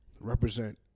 represent